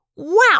Wow